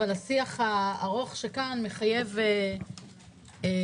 אבל השיח הארוך שכאן מחייב התייחסות.